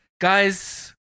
Guys